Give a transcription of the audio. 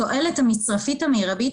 התועלת המצרפית המירבית,